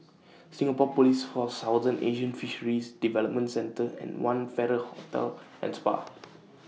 Singapore Police Force Southeast Asian Fisheries Development Centre and one Farrer Hotel and Spa